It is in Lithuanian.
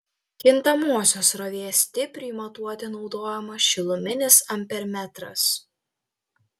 kintamosios srovės stipriui matuoti naudojamas šiluminis ampermetras